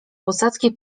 posadzki